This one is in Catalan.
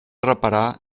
reparar